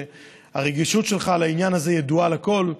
שהרגישות שלך לעניין הזה ידועה לכול,